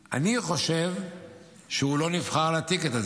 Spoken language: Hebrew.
אני חושב שהוא לא נבחר על הטיקט הזה,